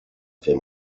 fer